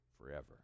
forever